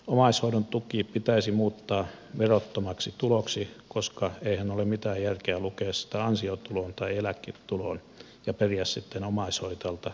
omaishoidon tuki pitäisi muuttaa verottomaksi tuloksi koska eihän ole mitään järkeä lukea sitä ansiotuloon tai eläketuloon ja periä sitten omaishoitajalta korotettua tuloveroa